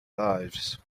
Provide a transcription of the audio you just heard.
lives